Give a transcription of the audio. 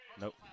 Nope